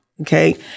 okay